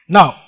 Now